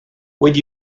would